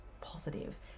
positive